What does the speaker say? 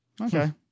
Okay